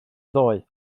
ddoe